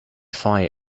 fire